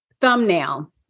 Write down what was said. thumbnail